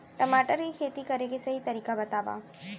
टमाटर की खेती करे के सही तरीका बतावा?